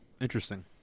Interesting